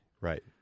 Right